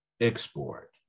export